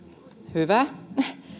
hyvä